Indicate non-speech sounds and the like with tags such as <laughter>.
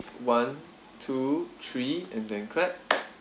one two three and then clap <noise>